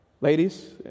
Ladies